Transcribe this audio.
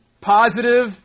positive